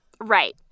Right